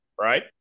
Right